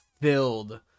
filled